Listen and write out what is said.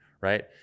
right